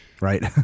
Right